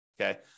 Okay